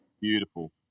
beautiful